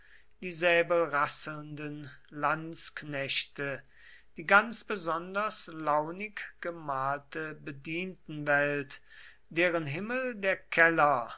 die säbelrasselnden landsknechte die ganz besonders launig gemalte bedientenwelt deren himmel der keller